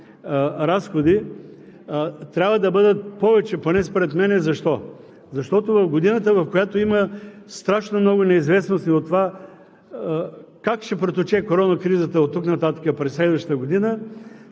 разходи, трябва да бъдат повече поне според мен. Защо? Защото в годината, в която има страшно много неизвестности от това как ще протече корона кризата оттук нататък през следващата година,